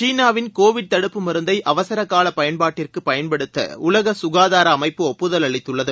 சீனாவின் கோவிட் தடுப்பு மருந்தை அவசர கால பயன்பாட்டிற்கு பயன்படுத்த உலக சுகாதார அமைப்பு ஒப்புதல் அளித்துள்ளது